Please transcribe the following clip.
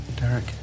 Derek